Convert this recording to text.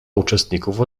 uczestników